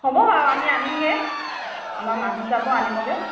হ'ব বাৰু আমি আনিমগৈ আমাৰ মানুহ যাব আনিবগৈ